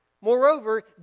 Moreover